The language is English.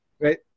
Right